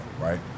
right